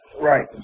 Right